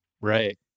right